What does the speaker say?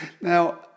Now